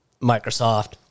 Microsoft